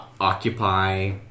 occupy